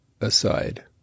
aside